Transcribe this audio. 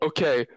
Okay